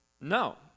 no